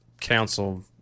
council